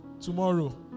tomorrow